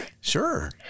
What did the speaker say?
Sure